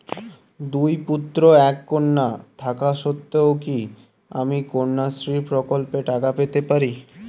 দুই পুত্র এক কন্যা থাকা সত্ত্বেও কি আমি কন্যাশ্রী প্রকল্পে টাকা পেতে পারি?